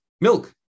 milk